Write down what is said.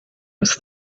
was